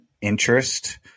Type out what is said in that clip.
interest